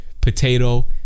potato